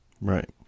Right